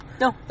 no